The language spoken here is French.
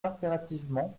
impérativement